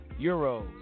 euros